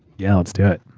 yeah, let's do it.